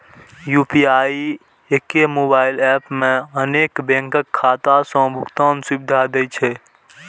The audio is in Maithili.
यू.पी.आई एके मोबाइल एप मे अनेक बैंकक खाता सं भुगतान सुविधा दै छै